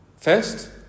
First